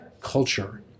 culture